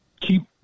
keep